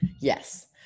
Yes